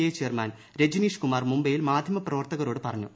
I chairman Rajneesh Kumar മുംബൈയിൽ മാധ്യമപ്രവർത്തകരോട് പറഞ്ഞു